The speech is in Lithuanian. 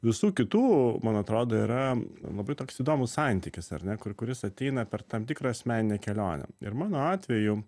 visų kitų man atrodo yra labai toks įdomus santykis ar ne kur kuris ateina per tam tikrą asmeninę kelionę ir mano atveju